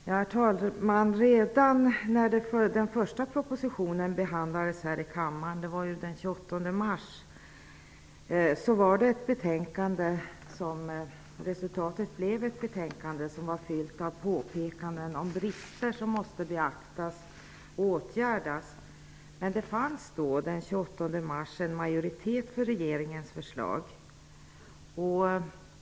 Herr talman! Redan när den första propositionen skulle behandlas här i kammaren den 28 mars blev resultatet ett betänkande som var fyllt av påpekanden om brister som måste beaktas och åtgärdas. Den 28 mars fanns det en majoritet för regeringens förslag.